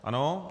Ano.